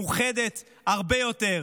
מאוחדת הרבה יותר.